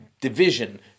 division